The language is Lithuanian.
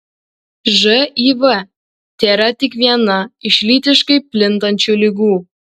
živ tėra tik viena iš lytiškai plintančių ligų